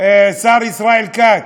השר ישראל כץ,